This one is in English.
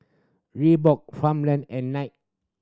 Reebok Farmland and Knight